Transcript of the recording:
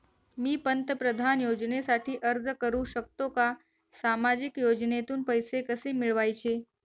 मी पंतप्रधान योजनेसाठी अर्ज करु शकतो का? सामाजिक योजनेतून पैसे कसे मिळवायचे